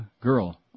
girl